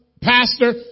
pastor